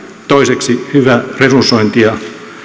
toiseksi hyvä resursointi ja